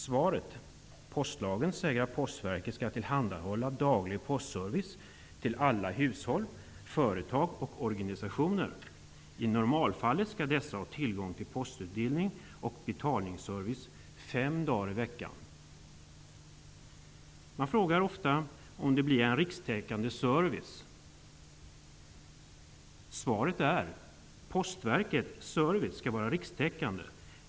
Svar: Postlagen säger att Postverket skall tillhandahålla daglig postservice för alla hushåll, företag och organisationer. I normalfallet skall dessa ha tillgång till postutdelning och betalningsservice fem dagar i veckan. Man frågar ofta om det blir en rikstäckande service. Svaret är: Postverkets service skall vara rikstäckande.